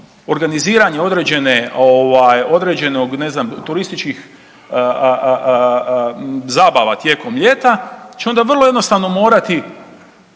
organiziranje određenog ne znam turističkih zabava tijekom ljeta, onda će vrlo jednostavno morati